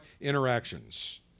interactions